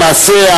למעשה,